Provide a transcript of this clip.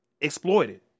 exploited